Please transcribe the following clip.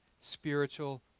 spiritual